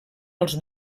als